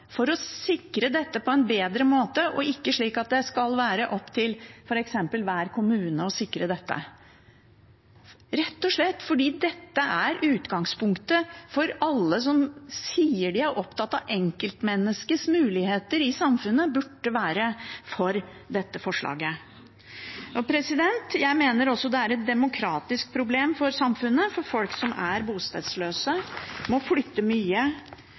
for å sikre dette på en bedre måte, slik at det ikke skal være opp til f.eks. hver kommune å sikre det, rett og slett fordi dette er utgangspunktet. Alle som sier de er opptatt av enkeltmenneskets muligheter i samfunnet, burde være for dette forslaget. Jeg mener også det er et demokratisk problem for samfunnet, for folk som er bostedsløse, som må flytte mye